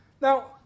Now